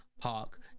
park